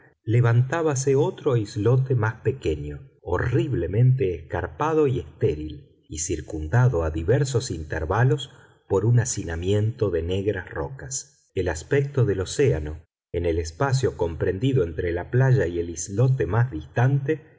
tierra levantábase otro islote más pequeño horriblemente escarpado y estéril y circundado a diversos intervalos por un hacinamiento de negras rocas el aspecto del océano en el espacio comprendido entre la playa y el islote más distante